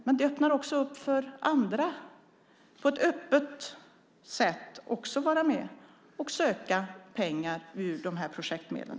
Men det öppnar också för andra på ett öppet sätt att vara med och söka pengar ur dessa projektmedel.